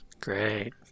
Great